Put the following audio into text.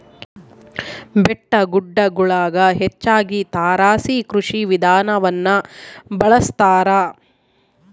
ಬೆಟ್ಟಗುಡ್ಡಗುಳಗ ಹೆಚ್ಚಾಗಿ ತಾರಸಿ ಕೃಷಿ ವಿಧಾನವನ್ನ ಬಳಸತಾರ